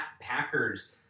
Packers